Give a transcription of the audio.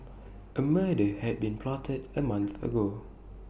A murder had been plotted A month ago